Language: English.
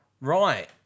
Right